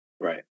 Right